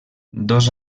dos